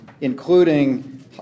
including